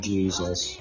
Jesus